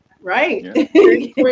Right